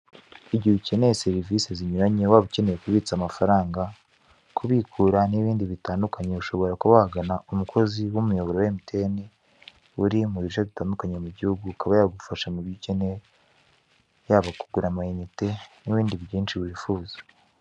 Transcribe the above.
Igihe ukeneye serivise zinyuranye waba ukeneye kubitsa amafaranga kubikura n'ibindi bitandukanye ushobora kuba wagana umukozi w'umuyoboro wa MTN uri mubice bitandukanye mugihugu akaba yagufasha mubyo ukeneye yaba kugura ama inite n'ibindi byinshi wifuza.